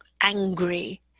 angry